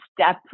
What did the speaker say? step